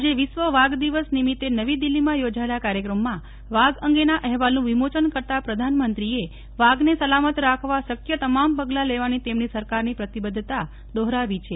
આજે વિશ્વ વાઘ દિવસ નિમિત્તે નવી દિલ્હીમાં યોજાયેલા કાર્યક્રમમાં વાઘ અંગેના અહેવાલનું વિમોચન કરતાં પ્રધાનમંત્રીએ વાઘને સેલામત રાખવા શક્ય તમામ પગલા લેવાની તેમની સરકારની પ્રતિબદ્ધતા દોહરાવી છે